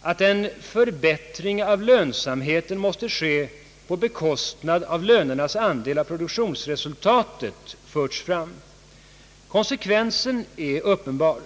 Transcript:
att en förbättring av lönsamheten måste ske på bekostnad av lönernas andel av produktionsresultatet förts fram. Konsekvensen är uppenbar.